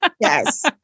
Yes